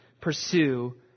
pursue